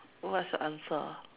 what's your answer